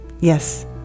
yes